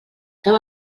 feu